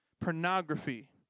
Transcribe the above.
pornography